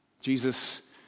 Jesus